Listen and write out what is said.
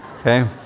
okay